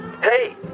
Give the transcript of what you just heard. hey